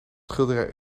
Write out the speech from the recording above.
schilderij